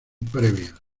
previa